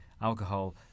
alcohol